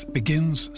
begins